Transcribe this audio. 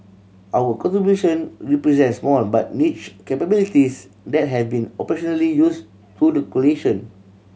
our contribution represent small but niche capabilities that have been operationally use to the coalition